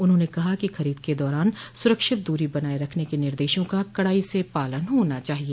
उन्होंने कहा कि खरीद के दौरान सुरक्षित दूरी बनाए रखने के निर्देशों का कड़ाई से पालन होना चाहिए